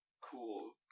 cool